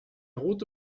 rote